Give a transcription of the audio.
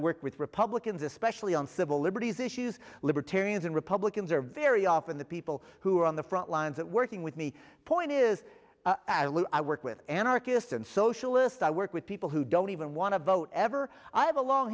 work with republicans especially on civil liberties issues libertarians and republicans are very often the people who are on the frontlines of working with me point is i work with anarchists and socialist i work with people who don't even want to vote ever i have a long